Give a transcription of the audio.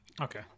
Okay